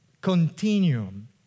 continuum